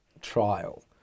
trial